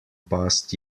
past